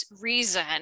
reason